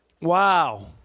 Wow